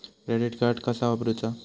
Credit card कसा वापरूचा?